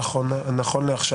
נכון לעכשיו.